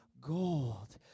gold